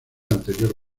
anterior